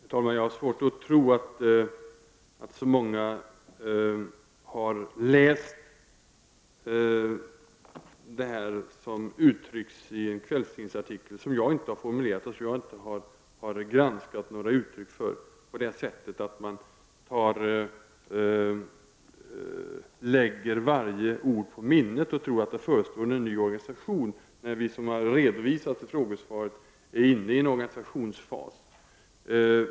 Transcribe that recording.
Herr talman! Jag har svårt att tro att så många människor har läst det som uttrycks i en kvällstidningsartikel, ord som inte jag har formulerat eller granskat, på så sätt att man lägger varje ord på minnet och tror att det förestår en omorganisation. Det är ju i stället, som jag har redovisat i frågesvaret, så att vi är inne i en organisationsfas.